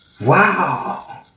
Wow